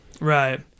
Right